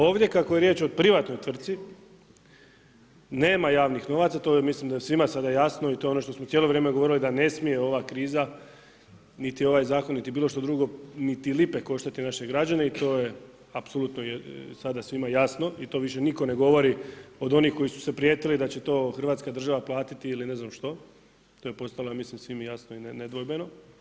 Ovdje kako je riječ o privatnoj tvrtki, nema javnih novaca, to je mislim da svima sada jasno i to je ono što smo cijelo vrijeme govorili da ne smije ova kriza niti ovaj zakon niti bilo što drugo, niti lipe koštati naše građane i to je apsolutno sada svima jasno i to više niko ne govori od onih koji su se prijetili da će to Hrvatska država platiti ili ne znam ja što, to je postalo ja mislim svima jasno i nedvojbeno.